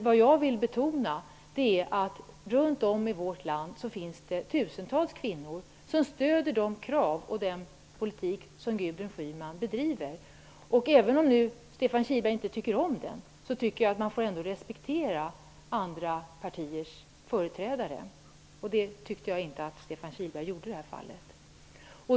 Vad jag vill betona är att det runt om i vårt land finns tusentals kvinnor som stödjer de krav och den politik som Gudrun Schyman bedriver. Även om Stefan Kihlberg inte tycker om den, menar jag ändå att han får respektera andra partiers företrädare. Jag menar att Stefan Kihlberg inte gjorde det i det här fallet.